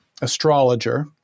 astrologer